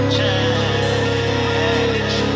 Change